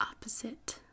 opposite